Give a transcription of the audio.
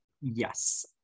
Yes